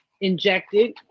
injected